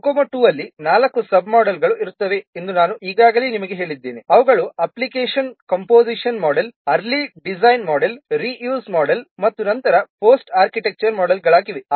COCOMO II ಅಲ್ಲಿ ನಾಲ್ಕು sub ಮೋಡೆಲ್sub-modelಗಳು ಇರುತ್ತವೆ ಎಂದು ನಾನು ಈಗಾಗಲೇ ನಿಮಗೆ ಹೇಳಿದ್ದೇನೆ ಅವುಗಳು application composition model early design model reuse model ಮತ್ತು ನಂತರದ ಪೋಸ್ಟ್ ಆರ್ಕಿಟೆಕ್ಚರ್ ಮೋಡೆಲ್ ಗಳಾಗಿವೆ